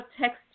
text